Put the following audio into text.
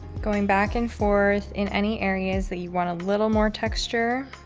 going back and forth in any areas that you want a little more texture,